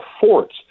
fort